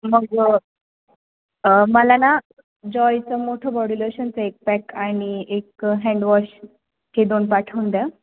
मग मला ना जॉयचं मोठं बॉडी लोशनचं एक पॅक आणि एक हँडवॉश हे दोन पाठवून द्या